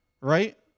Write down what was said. Right